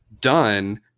done